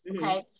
Okay